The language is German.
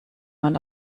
mal